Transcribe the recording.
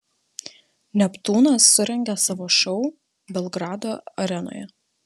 neptūnas surengė savo šou belgrado arenoje